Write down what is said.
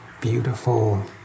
beautiful